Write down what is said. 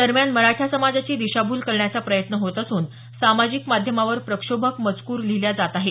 दरम्यान मराठा समाजाची दिशाभूल करण्याचा प्रयत्न होत असून सामाजिक माध्यमावर प्रक्षोभक मजकूर लिहिल्या जात आहे